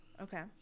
Okay